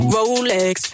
Rolex